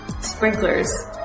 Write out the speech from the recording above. sprinklers